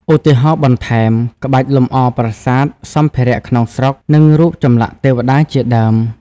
ឧទាហរណ៍បន្ថែម ក្បាច់លម្អប្រាសាទ សម្ភារៈក្នុងស្រុក និងរូបចម្លាក់ទេវតាជាដើម។